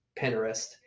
Pinterest